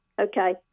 okay